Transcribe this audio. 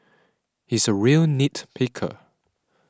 he is a real nit picker